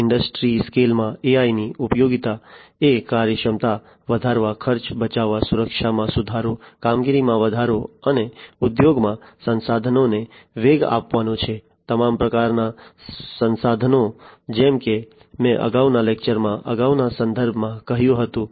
industry સ્કેલમાં AI ની ઉપયોગિતા એ કાર્યક્ષમતા વધારવા ખર્ચ બચાવવા સુરક્ષામાં સુધારો કામગીરીમાં વધારો અને ઉદ્યોગોમાં સંસાધનોને વેગ આપવાનો છે તમામ પ્રકારના સંસાધનો જેમ કે મેં અગાઉના લેક્ચરમાં અગાઉના સંદર્ભમાં કહ્યું હતું